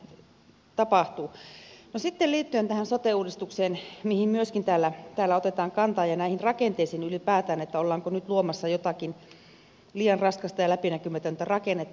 sitten liittyen tähän sote uudistukseen mihin myöskin täällä otetaan kantaa ja näihin rakenteisiin ylipäätään että ollaanko nyt luomassa jotakin liian raskasta ja läpinäkymätöntä rakennetta